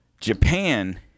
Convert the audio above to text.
Japan